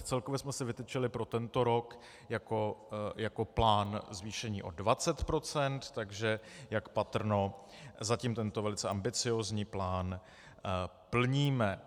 Celkově jsme si vytyčili pro tento rok jako plán zvýšení o 20 %, takže jak patrno, zatím tento velice ambiciózní plán plníme.